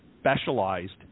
Specialized